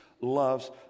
loves